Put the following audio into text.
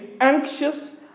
anxious